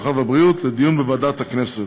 הרווחה והבריאות לדיון בוועדת הכנסת.